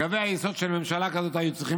קווי היסוד של ממשלה כזאת היו צריכים